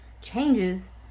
changes